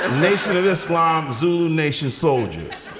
ah nation of islam, zulu nation soldiers.